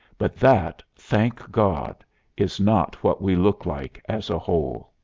but that thank god is not what we look like as a whole.